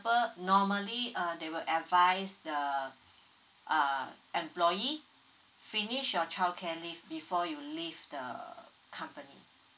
normally uh they will advise the uh employee finish your childcare leave before you leave the company